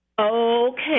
Okay